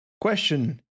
Question